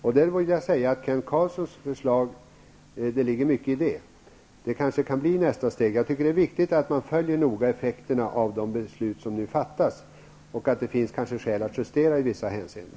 Det ligger mycket i Kent Carlssons förslag. Det kanske kan bli nästa steg. Jag tycker det är viktigt att noga följa effekterna av de beslut som nu fattas. Det kan finnas skäl till justeringar i vissa hänseenden.